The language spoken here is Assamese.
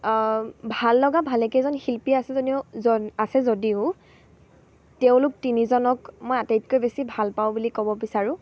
ভাল লগা ভালেকেইজন শিল্পী আছে যদিও আছে যদিও তেওঁলোক তিনিজনক মই আটাইতকৈ বেছি ভাল পাওঁ বুলি ক'ব বিচাৰোঁ